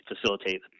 facilitate